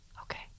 okay